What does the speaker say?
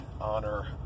honor